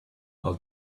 i’ll